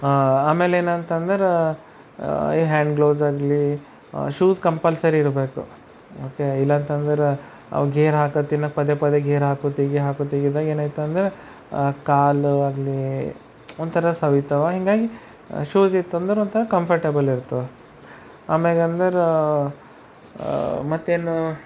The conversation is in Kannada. ಆಮೇಲೆ ಏನಂತಂದರೆ ಈ ಹ್ಯಾಂಡ್ ಗ್ಲೌಸಾಗಲಿ ಶೂಸ್ ಕಂಪಲ್ಸರಿ ಇರಬೇಕು ಓಕೆ ಇಲ್ಲಾಂತಂದರೆ ಅವು ಗೇರ್ ಹಾಕೋತ್ತಿನ ಪದೆ ಪದೆ ಗೇರ್ ಹಾಕ್ಕೊತ್ತೀವಿ ಹಾಕ್ಕೊತ್ತೀವಿ ಈಗ ಏನಾಯ್ತಂದ್ರ ಆ ಕಾಲು ಆಗಲಿ ಒಂಥರ ಸವೀತವ ಹೀಗಾಗಿ ಶೂಸ್ ಇತ್ತು ಅಂದರೆ ಒಂಥರ ಕಂಫರ್ಟೇಬಲ್ ಇರ್ತವ ಆಮ್ಯಾಗ ಅಂದರೆ ಮತ್ತೇನು